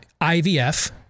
IVF